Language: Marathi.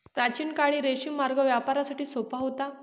प्राचीन काळी रेशीम मार्ग व्यापारासाठी सोपा होता